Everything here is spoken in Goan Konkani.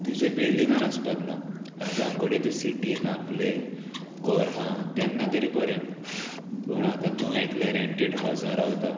तुज्या बिल्डिंगान आसपाक ना आतां घोडये तूं सिटीन आपले गोर आहा तेन्ना तरी बरें पूण आतां तूं एकलें रेंटेड हावजां रावता